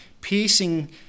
piercing